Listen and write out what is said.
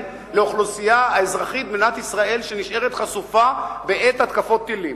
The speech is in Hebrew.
לאוכלוסייה האזרחית במדינת ישראל שנשארת חשופה בעת התקפות טילים.